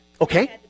Okay